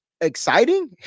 exciting